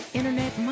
internet